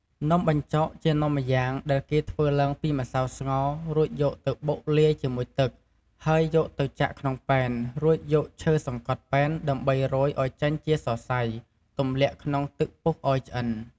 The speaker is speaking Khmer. នំបញ្ចុកជានំម្យ៉ាងដែលគេធ្វើឡើងពីម្សៅស្ងោររួចយកទៅបុកលាយជាមួយទឹក ហើយយកទៅចាក់ក្នុងប៉ែន រួចយកឈើសង្កត់ប៉ែនដើម្បីរោយឱ្យចេញជាសរសៃទម្លាក់ក្នុងទឹកពុះឱ្យឆ្អិន។